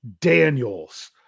Daniels